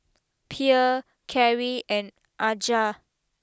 Pierre Carri and Aja